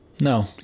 no